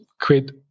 create